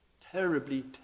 terribly